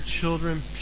children